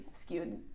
skewed